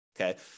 okay